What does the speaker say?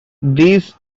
this